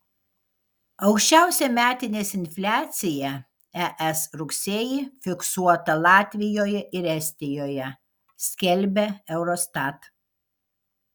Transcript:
aukščiausia metinės infliacija es rugsėjį fiksuota latvijoje ir estijoje skelbia eurostat